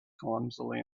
clumsily